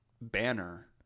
banner